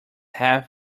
half